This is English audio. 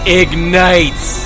ignites